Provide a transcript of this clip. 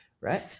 right